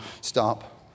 stop